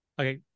Okay